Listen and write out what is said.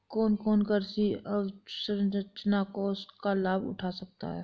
कौन कौन कृषि अवसरंचना कोष का लाभ उठा सकता है?